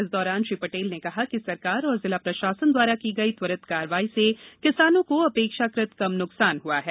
इस दौरान श्री पटेल ने कहा कि सरकार और जिला प्रशासन द्वारा की गई त्वरित कार्यवाही से किसानों को अपेक्षाकृत कम न्कसान हआ है